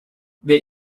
there